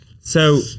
So-